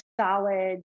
solid